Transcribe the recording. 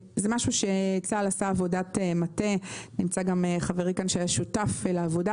צה"ל עשה עבודת מטה - נמצא כאן גם חברי שהיה שותף לעבודה